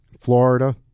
Florida